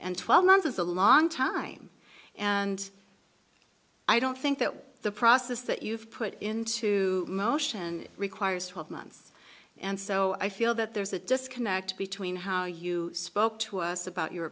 twelve months is a long time and i don't think that the process that you've put into motion requires twelve months and so i feel that there's a disconnect between how you spoke to us about your